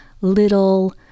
little